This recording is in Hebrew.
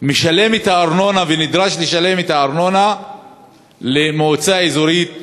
משלם את הארנונה ונדרש לשלם את הארנונה למועצה האזורית מעלה-יוסף.